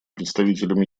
представителем